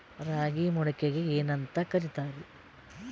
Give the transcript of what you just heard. ರಾಗಿ ಮೊಳಕೆಗೆ ಏನ್ಯಾಂತ ಕರಿತಾರ?